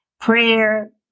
prayer